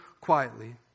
quietly